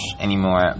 anymore